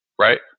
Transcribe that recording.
right